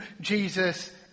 Jesus